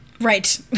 Right